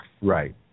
Right